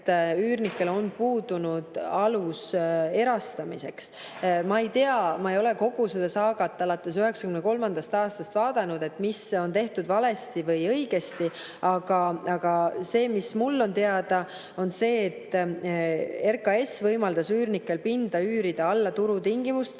üürnikel on puudunud alus erastamiseks. Ma ei ole kogu seda saagat alates 1993. aastast vaadanud ja ma ei tea, mis on tehtud valesti või õigesti. Aga mulle on teada, et RKAS võimaldas üürnikel pinda üürida alla turutingimuste,